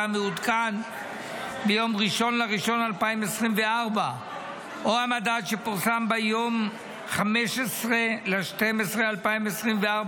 המעודכן ביום 1 בינואר 2024 או המדד שפורסם ביום 15 בדצמבר 2024,